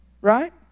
Right